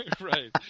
Right